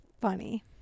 funny